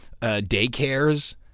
daycares